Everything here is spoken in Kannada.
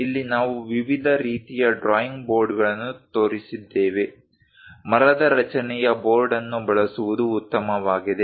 ಇಲ್ಲಿ ನಾವು ವಿವಿಧ ರೀತಿಯ ಡ್ರಾಯಿಂಗ್ ಬೋರ್ಡ್ಗಳನ್ನು ತೋರಿಸಿದ್ದೇವೆ ಮರದ ರಚನೆಯ ಬೋರ್ಡ ಅನ್ನು ಬಳಸುವುದು ಉತ್ತಮವಾಗಿದೆ